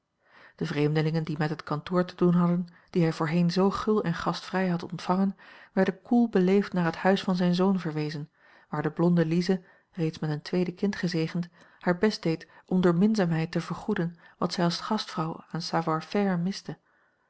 de vreemdelingen die met het kantoor te doen hadden die hij voorheen zoo gul en gastvrij had ontvangen werden koel beleefd naar het huis van zijn zoon verwezen waar de blonde lize reeds met een tweede kind gezegend haar best deed om door minzaamheid te vergoeden wat zij als gastvrouw aan savoir faire miste